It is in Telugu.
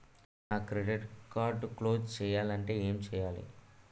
నా క్రెడిట్ కార్డ్ క్లోజ్ చేయాలంటే ఏంటి చేయాలి?